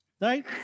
Right